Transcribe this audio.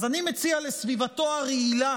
אז אני מציע לסביבתו הרעילה